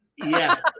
Yes